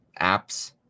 Apps